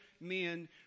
men